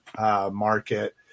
market